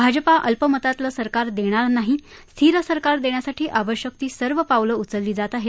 भाजपा अल्पमतातलं सरकार देणार नाही स्थिर सरकार देण्यासाठी आवश्यक ती सर्व पावलं उचलली जात आहेत